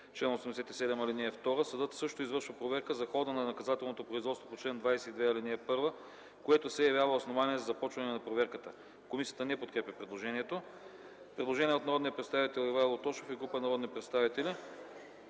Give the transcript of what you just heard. съдържание: „(2) Съдът също извършва проверка за хода на наказателното производство по чл. 22, ал. 1, което се явява основание за започване на проверката.” Комисията не подкрепя предложението. Предложение от народния представител Ивайло Тошев и група народни представители.